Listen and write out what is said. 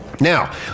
Now